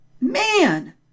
man